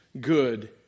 good